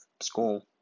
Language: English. school